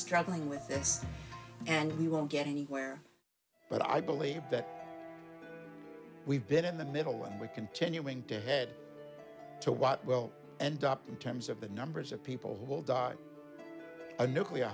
struggling with this and we won't get anywhere but i believe that we've been in the middle and we're continuing to head to what will end up in terms of the numbers of people will die a nuclear